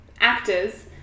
actors